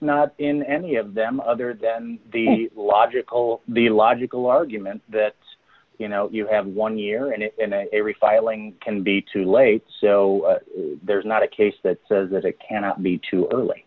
not in any of them other than the logical the logical argument that you know you have one year and it every filing can be too late so there's not a case that says that it cannot be too early